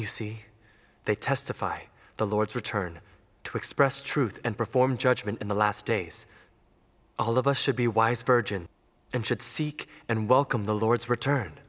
you see they testify the lord's return to express truth and perform judgement in the last days all of us should be wise virgins and should seek and welcome the lord's return